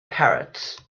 parrots